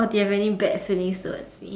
or do you have any bad feelings towards me